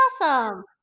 awesome